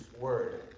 word